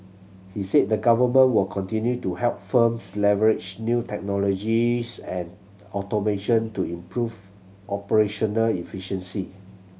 he said the government will continue to help firms leverage new technologies and automation to improve operational efficiency